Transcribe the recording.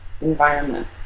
environment